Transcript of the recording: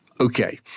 Okay